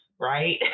right